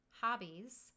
hobbies